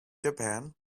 japan